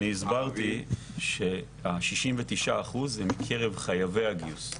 אני הסברתי ש-69% זה מקרב חייבי הגיוס.